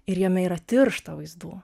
ir jame yra tiršta vaizdų